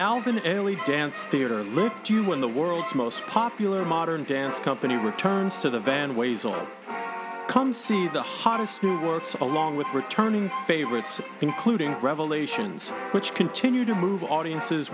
alvin ailey dance theater live to you when the world's most popular modern dance company returns to the van ways or come see the hottest new works all along with returning favorites including revelations which continue to move audiences